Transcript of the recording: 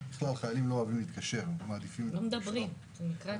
חיילים לא אוהבים להתקשר אלא אוהבים לשלוח הודעה.